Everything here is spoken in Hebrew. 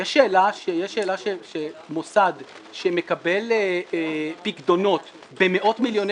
יש שאלה שמוסד שמקבל פיקדונות במאות מיליוני